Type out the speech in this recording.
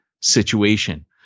situation